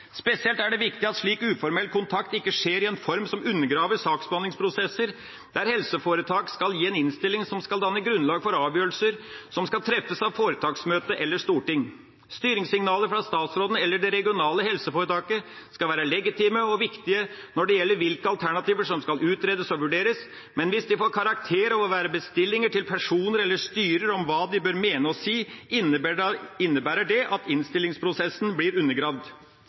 Spesielt er det viktig at slik uformell kontakt ikke skjer i en form som undergraver saksbehandlingsprosesser der helseforetak skal gi en innstilling som skal danne grunnlag for avgjørelser som skal treffes av foretaksmøte eller storting. Styringssignaler fra statsråden eller det regionale helseforetaket skal være legitime og viktige når det gjelder hvilke alternativer som skal utredes og vurderes, men hvis de får karakter av å være bestillinger til personer eller styrer om hva de bør mene og si, innebærer det at innstillingsprosessen blir undergravd.